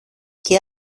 και